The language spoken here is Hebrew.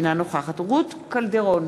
אינה נוכחת רות קלדרון,